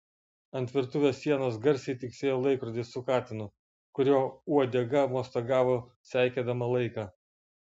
ant virtuvės sienos garsiai tiksėjo laikrodis su katinu kurio uodega mostagavo seikėdama laiką